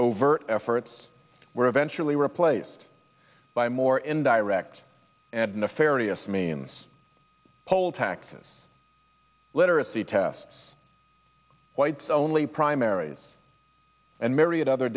overt efforts were eventually replaced by more in direct and nefarious means poll taxes literacy tests whites only primaries and myriad other